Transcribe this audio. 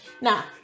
Now